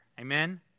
Amen